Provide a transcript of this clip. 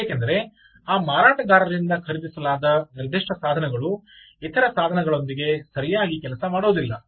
ಏಕೆಂದರೆ ಆ ಮಾರಾಟಗಾರರಿಂದ ಖರೀದಿಸಲಾದ ನಿರ್ದಿಷ್ಠ ಸಾಧನೆಗಳು ಇತರ ಸಾಧನಗಳೊಂದಿಗೆ ಸರಿಯಾಗಿ ಕೆಲಸ ಮಾಡುವುದಿಲ್ಲ